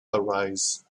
arise